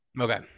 Okay